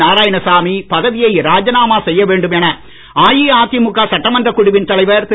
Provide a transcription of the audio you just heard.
நாரயாணசாமி பதவியை ராஜினாமா செய்ய வேண்டும் என அஇஅதிமுக சட்டமன்றக் குழுவின் தலைவர் திரு